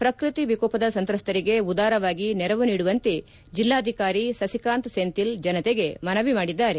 ಪ್ರಕೃತಿ ವಿಕೋಪದ ಸಂತ್ರಸ್ತರಿಗೆ ಉದಾರವಾಗಿ ನೆರವು ನೀಡುವಂತೆ ಜೆಲ್ಲಾಧಿಕಾರಿ ಸಸಿಕಾಂತ್ ಸೆಂಥಿಲ್ ಜನತೆಗೆ ಮನವಿ ಮಾಡಿದ್ದಾರೆ